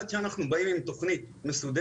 עד שאנחנו באים עם תוכנית מסודרת,